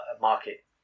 market